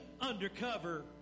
undercover